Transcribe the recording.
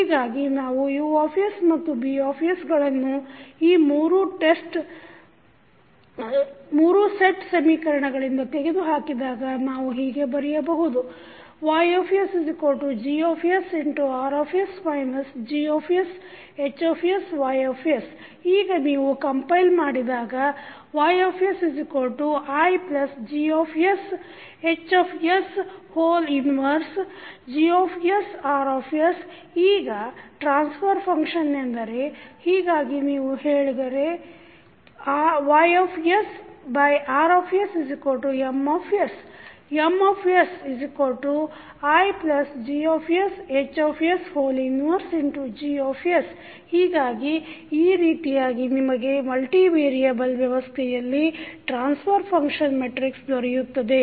ಹೀಗಾಗಿ ನಾವು U ಮತ್ತು B ಗಳನ್ನು ಈ ಮೂರೂ ಸೆಟ್ಟ್ ಸಮೀಕರಣಗಳಿಂದ ತೆಗೆದು ಹಾಕಿದಾಗ ನಾವು ಹೀಗೆ ಬರೆಯಬಹುದು YsGsRs GsHsYs ಈಗ ನೀವು ಪುನಃ ಕಂಪೈಲ್ ಮಾಡಿದಾಗ YsIGsHs 1GsRs ಈಗ ಟ್ರಾನ್ಸ್ಫರ್ ಫಂಕ್ಷನ್ ಎಂದರೆ ಹೀಗಾಗಿ ನೀವು ಹೀಗೆ ಹೇಳಿದರೆ YsRsM MsIGsHs 1Gs ಹೀಗಾಗಿ ಈ ರೀತಿಯಾಗಿ ನಿಮಗೆ ಮಲ್ಟಿ ವೇರಿಯಬಲ್ ವ್ಯವಸ್ಥೆಯಲ್ಲಿ ಟ್ರಾನ್ಸ್ಫರ್ ಫಂಕ್ಷನ್ ಮೆಟ್ರಿಕ್ಸ್ ದೊರೆಯುತ್ತದೆ